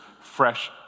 fresh